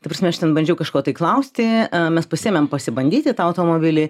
ta prasme aš ten bandžiau kažko tai klausti mes pasiėmėm pasibandyti tą automobilį